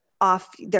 off